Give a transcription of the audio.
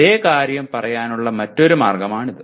അതേ കാര്യം പറയാനുള്ള മറ്റൊരു മാർഗ്ഗമാണിത്